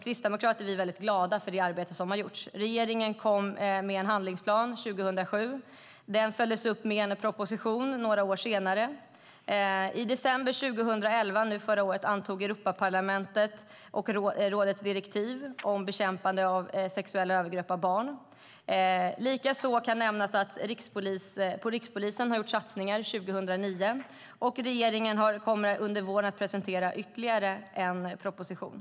År 2007 kom regeringen med en handlingsplan som följdes upp med en proposition några år senare. I december 2011 antogs Europaparlamentets och rådets direktiv om bekämpande av sexuella övergrepp mot barn. Rikspolisens satsningar 2009 ska också nämnas, och under våren kommer regeringen att presentera ytterligare en proposition.